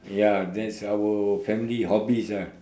ya that's our family hobbies ah